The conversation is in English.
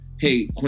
hey